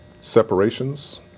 Separations